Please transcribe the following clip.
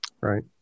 right